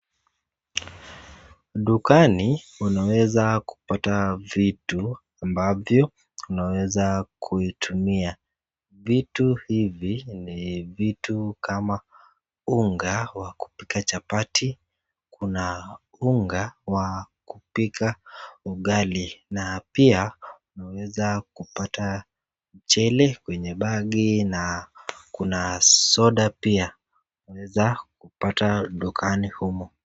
Dukani, unaweza kupata vitu ambavyo unaweza kuitumia. Vitu hivi ni vitu kama unga wa kupika chapati. Kuna unga wa kupika ugali na pia unaweza kupata mchele kwenye bagi na kuna soda pia unaweza kupata dukani humu.